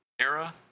era